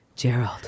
Gerald